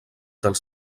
dels